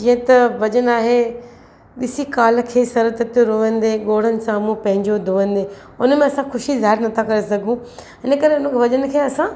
जीअं त भॼन आहे ॾिसी काल खे सर ते रोअंदे ॻोड़नि सां मुंहुं पंहिंजो धोअंदे उनमें असां ख़ुशी ज़ाहिरु नथा करे सघूं हिनकरे उन भॼन खे असां